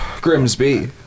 Grimsby